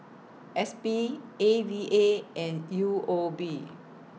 S P A V A and U O B